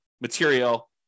material